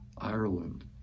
Ireland